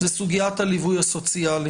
זו סוגיית הליווי הסוציאלי.